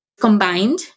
Combined